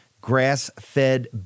Grass-fed